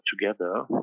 together